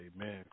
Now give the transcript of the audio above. Amen